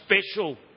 special